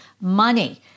money